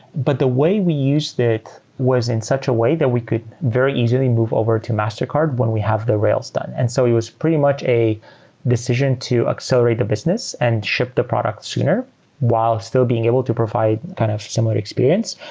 but the way we used it was in such a way that we could very easily move over to mastercard when we have the rails done. and so it it was pretty much a decision to accelerate the business and ship the product sooner while still being able to provide kind of similar experience.